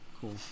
Cool